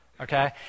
okay